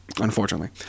unfortunately